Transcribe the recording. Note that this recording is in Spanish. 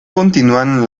continúan